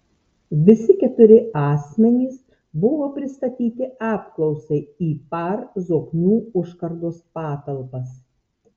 visi keturi asmenys buvo pristatyti apklausai į par zoknių užkardos patalpas